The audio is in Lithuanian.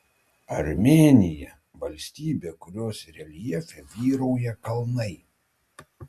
armėnija valstybė kurios reljefe vyrauja kalnai